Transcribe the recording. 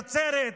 נצרת,